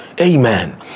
Amen